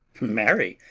marry,